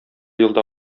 елда